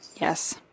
Yes